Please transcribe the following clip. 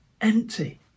Empty